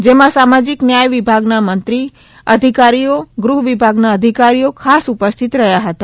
જેમા સમાજિક ન્યાય વિભાગના મંત્રી અધિકારીઓ ગૃહવિભાગના અધિકારીઓ ખાસ ઉપસ્થિત રહ્યા હતા